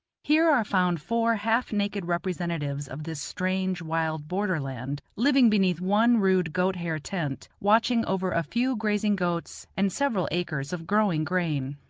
here are found four half-naked representatives of this strange, wild border-land, living beneath one rude goat-hair tent, watching over a few grazing goats and several acres of growing grain.